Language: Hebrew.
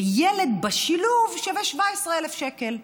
וילד בשילוב שווה 17,000 שקל.